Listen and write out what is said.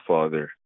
Father